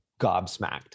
gobsmacked